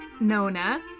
Nona